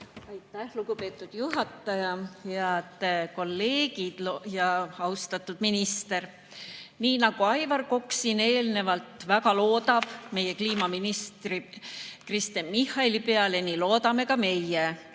Aitäh, lugupeetud juhataja! Head kolleegid ja austatud minister! Nii nagu Aivar Kokk siin eelnevalt väga lootis meie kliimaministri Kristen Michali peale, nii loodame ka meie.